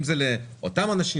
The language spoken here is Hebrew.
אם זה לאותם אנשים,